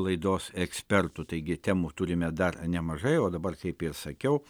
laidos ekspertų taigi temų turime dar nemažai o dabar kaip ir sakiau